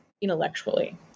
intellectually